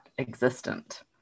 existent